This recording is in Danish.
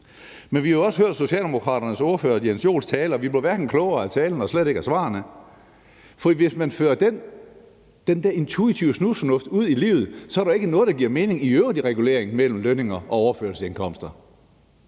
Men vi har jo også hørt Socialdemokraternes ordfører, hr. Jens Joels, tale, og vi blev ikke klogere af talen og slet ikke af svarene. For hvis man fører den der intuitive snusfornuft ud i livet, er der ikke noget, der giver mening i øvrigt i reguleringen mellem lønninger og overførselsindkomster,